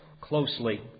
closely